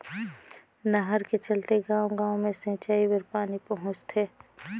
नहर के चलते गाँव गाँव मे सिंचई बर पानी पहुंचथे